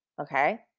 okay